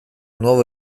nuova